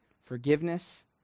Forgiveness